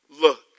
Look